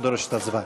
לא דורשת הצבעה.